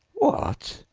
what!